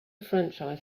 franchise